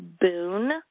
Boone